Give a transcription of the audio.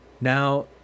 Now